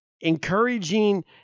encouraging